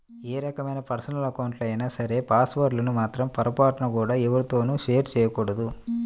ఏ రకమైన పర్సనల్ అకౌంట్లైనా సరే పాస్ వర్డ్ లను మాత్రం పొరపాటున కూడా ఎవ్వరితోనూ షేర్ చేసుకోకూడదు